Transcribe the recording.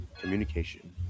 Communication